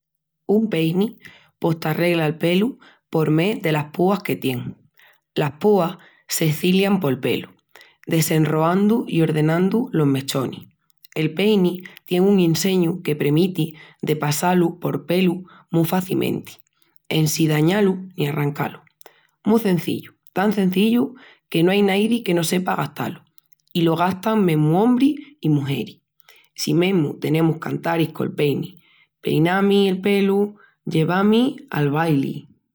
Un peini pos t'arregla el pelu por mé delas púas que tien. Las púas s'eslician pol pelu, desenroandu i ordenandu los mechonis. El peini tien un inseñu que premiti de passá-lu pol pelu mu facimenti, en sin dañá-lu ni arrancá-lu. Mu cenzillu, tan cenzillu que no ai naidi que no sepa gastá-lu i lo gastan mesmu ombris i mugeris. Si mesmu tenemus cantaris col peini: Peina-mi el pelu, lleva-mi al baili,...